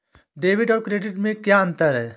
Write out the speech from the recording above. Debit और credit में क्या अंतर है?